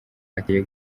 ateye